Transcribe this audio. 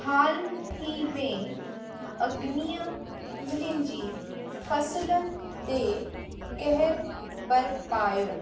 हाल ई में अगनीअ मुंहिंजी फ़सलुन ते कहर बरपायो